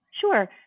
Sure